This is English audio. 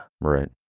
Right